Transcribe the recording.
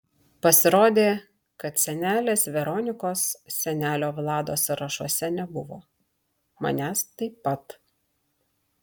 pasirodė kad senelės veronikos senelio vlado sąrašuose nebuvo manęs taip pat